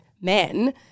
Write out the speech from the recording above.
men